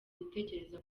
gutekereza